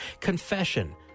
confession